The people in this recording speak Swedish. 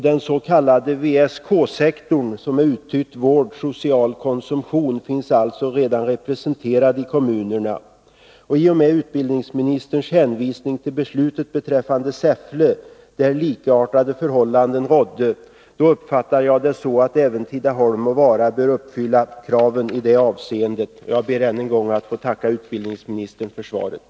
Den s.k. VSK-sektorn — uttytt vård-social-konsumtion — finns alltså representerad i kommunerna. I och med utbildningsministerns hänvisning till beslutet beträffande Säffle, där likartade förhållanden rådde, uppfattar jag det så, att även Tidaholm och Vara kan anses uppfylla kraven i det avseendet. Jag ber än en gång att få tacka utbildningsministern för svaret.